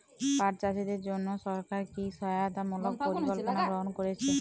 পাট চাষীদের জন্য সরকার কি কি সহায়তামূলক পরিকল্পনা গ্রহণ করেছে?